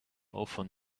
often